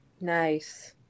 Nice